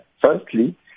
Firstly